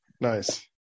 Nice